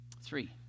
Three